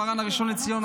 מרן הראשון לציון,